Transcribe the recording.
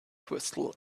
crystal